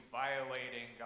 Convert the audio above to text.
violating